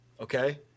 Okay